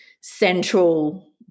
central